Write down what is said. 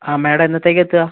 ആ മാഡം എന്നത്തേക്കാണ് എത്തുക